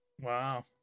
wow